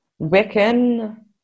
Wiccan